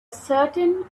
certain